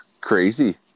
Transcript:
Crazy